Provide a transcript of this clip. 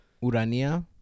Urania